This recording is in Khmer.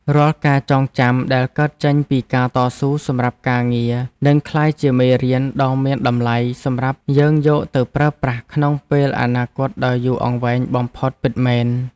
រាល់ការចងចាំដែលកើតចេញពីការតស៊ូសម្រាប់ការងារនឹងក្លាយជាមេរៀនដ៏មានតម្លៃសម្រាប់យើងយកទៅប្រើប្រាស់ក្នុងពេលអនាគតដ៏យូរអង្វែងបំផុតពិតមែន។